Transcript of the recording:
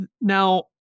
now